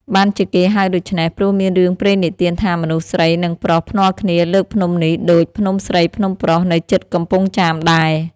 បានជាគេហៅដូច្នេះ ព្រោះមានរឿងព្រេងនិទានថា មនុស្សស្រី និង ប្រុស ភ្នាល់គ្នាលើកភ្នំនេះ ដូច "ភ្នំស្រីភ្នំប្រុស" នៅជិតកំពង់ចាមដែរ